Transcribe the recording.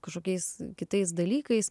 kažkokiais kitais dalykais